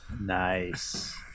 Nice